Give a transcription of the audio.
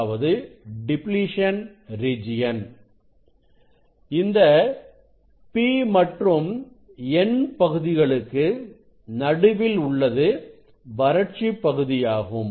இந்த P மற்றும் N பகுதிகளுக்கு நடுவில் உள்ளது வறட்சிப் பகுதியாகும்